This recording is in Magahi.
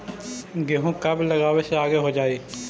गेहूं कब लगावे से आगे हो जाई?